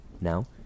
Now